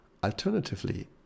Alternatively